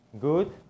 good